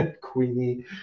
Queenie